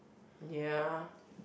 ya